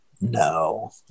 No